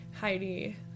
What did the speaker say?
Heidi